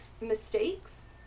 mistakes